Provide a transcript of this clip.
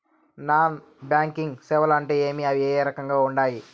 non banking సేవలు అంటే ఏమి అవి ఏ రకంగా ఉండాయి